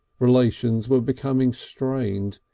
relations were becoming strained.